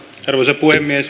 arvoisa puhemies